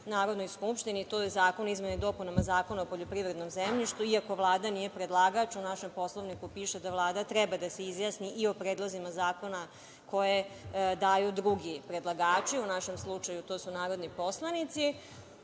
Narodnoj skupštini, to je Zakon o izmenama i dopunama Zakona o poljoprivrednom zemljištu. Iako Vlada nije predlagač, u našem Poslovniku piše da Vlada treba da se izjasni i o predlozima zakona koje daju drugi predlagači, u našem slučaju to su narodni poslanici.